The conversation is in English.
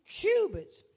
cubits